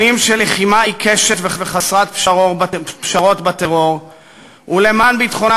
שנים של לחימה עיקשת וחסרת פשרות בטרור ולמען ביטחונה